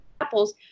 Apples